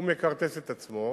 הוא מכרטס את עצמו,